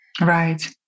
Right